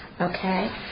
okay